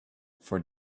for